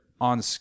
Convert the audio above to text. on